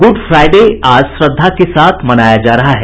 good Friday आज श्रद्धा के साथ मनाया जा रहा है